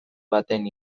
baten